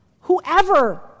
whoever